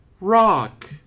rock